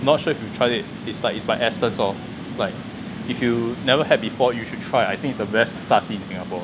not sure if you try it it's like it's by astons loh like if you never had before you should try I think it's the best 炸鸡 in singapore